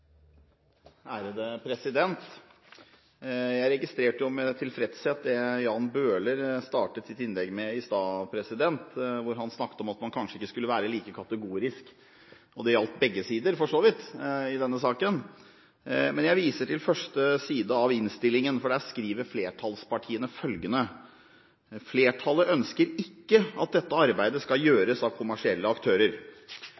Jeg registrerte med tilfredshet at Jan Bøhler startet sitt innlegg i stad med å si at man kanskje ikke skal være så kategorisk – og det gjaldt vel for så vidt begge sider i denne saken. Jeg viser til første side av innstillingen, for der skriver flertallspartiene følgende: «Flertallet ønsker ikke at dette arbeidet skal